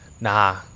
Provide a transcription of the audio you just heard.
Nah